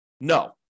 No